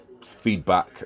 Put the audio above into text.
feedback